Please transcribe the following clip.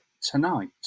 tonight